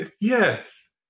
yes